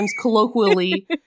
colloquially